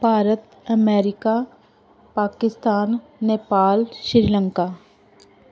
Bharat America Pakistan Nepal Sri Lanka